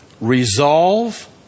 Resolve